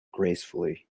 gracefully